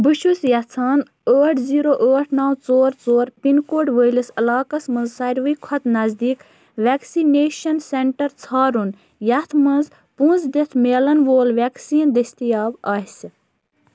بہٕ چھُس یَژھان ٲٹھ زیٖرو ٲٹھ نَو ژور ژور پِن کوڈ وٲلِس علاقس منٛز ساروی کھۄتہٕ نزدیٖک وٮ۪کسِنیشن سٮ۪نٛٹَر ژھارُن یَتھ منٛز پونٛسہٕ دِتھ میلَن وول وٮ۪کسیٖن دٔستِیاب آسہِ